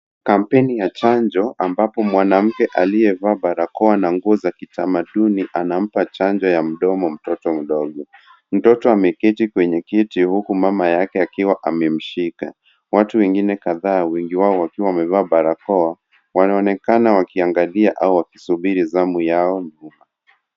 Kampeni ya chanjo ambapo mwanamke aliyevaa barakoa na nguo za kitamaduni anampa chanjo ya mdomo mtoto mdogo. Mtoto ameketi kwenye kiti huku mama yake akiwa amemshika. Watu wengine kadhaa wengi wao wakiwa wamevaa barakoa wanaonekana wakiangalia au wakisubiri zamu yao huku.